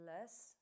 less